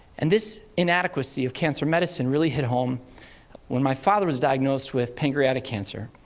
and this inadequacy of cancer medicine really hit home when my father was diagnosed with pancreatic cancer.